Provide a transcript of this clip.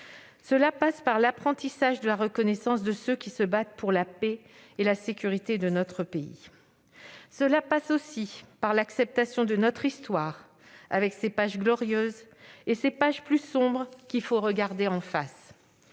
Cela passe par l'apprentissage de la reconnaissance envers ceux qui se battent pour la paix et la sécurité de notre pays. Cela passe aussi par l'acceptation de notre histoire, avec ses pages glorieuses et ses pages plus sombres qu'il faut regarder en face.